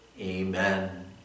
Amen